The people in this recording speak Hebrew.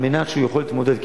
על מנת שהוא יוכל להתמודד,